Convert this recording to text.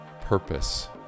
purpose